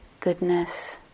goodness